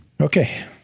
Okay